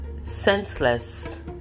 senseless